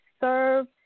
serve